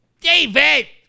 David